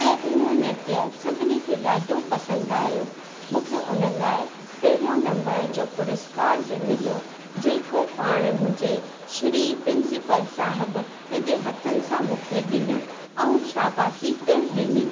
ऐं उहो नृत्य सभिनी खे ॾाढो पसंदि आयो मूंखे उन लाइ पहिरियों नंबर जो पुरुस्कार बि मिलियो जेको पाण मुंहिंजे श्री प्रिंसिपल साहिबु पंहिंजे हथनि सां मूंखे ॾिनो ऐं शाबासी पिणु ॾिनी